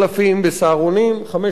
ב"סהרונים" 5,000,